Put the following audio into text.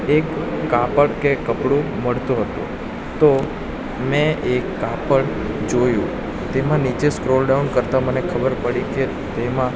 એક કાપડ કે કપડું મળતું હતું તો મેં એ કાપડ જોયું તેમાં નીચે સ્ક્રોલ ડાઉન કરતાં મને ખબર પડી કે તેમાં